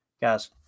Guys